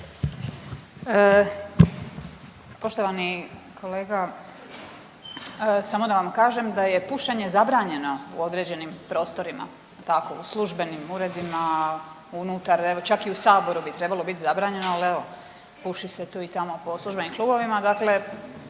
Poštovani kolega, samo da vam kažem da je pušenje zabranjeno u određenim prostorima, tako u službenim uredima, unutar, evo čak i u saboru bi trebalo bit zabranjeno, al evo puši se tu i tamo po službenim klubovima,